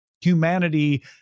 humanity